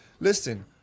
listen